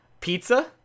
Pizza